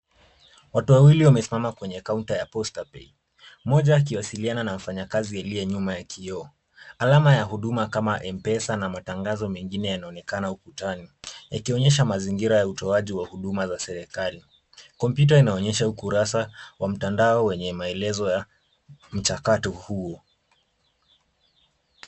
Watu wawili wamesimama kwenye kaunta ya posta pay. Mmoja akiwasiliana na mfanyikazi aliye nyuma ya kioo. Alama ya huduma kama M-pesa na matangazo mengine yanaonekana ukutani yakionyesha mazingira ya utoaji wa huduma za serikali. Kompyuta inaonyesha ukurasa wa mtandao wenye maelezo ya mchakato huo.